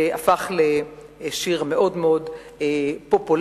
והפך לשיר מאוד מאוד פופולרי.